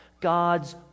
God's